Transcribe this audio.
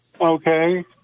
Okay